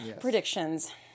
predictions